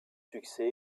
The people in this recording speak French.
succès